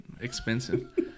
expensive